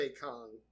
Kong